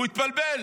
הוא התבלבל.